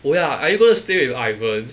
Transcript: oh ya are you going to stay with ivan